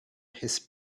his